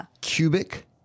Cubic